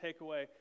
takeaway